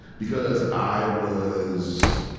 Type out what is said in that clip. because i was,